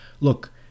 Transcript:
look